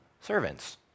servants